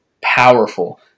powerful